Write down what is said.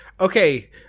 Okay